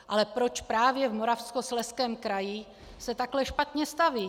Ale proč právě v Moravskoslezském kraji se takhle špatně staví?